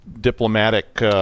diplomatic